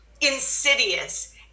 insidious